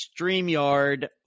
StreamYard